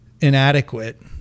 inadequate